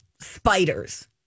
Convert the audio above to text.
spiders